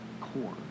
core